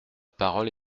parole